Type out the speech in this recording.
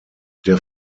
der